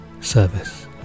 service